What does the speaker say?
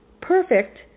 perfect